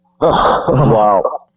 Wow